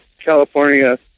California